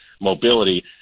mobility